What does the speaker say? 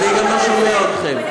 אני גם לא שומע אתכן.